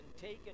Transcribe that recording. taken